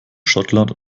schottland